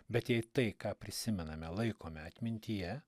bet jei tai ką prisimename laikome atmintyje